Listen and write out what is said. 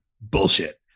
Bullshit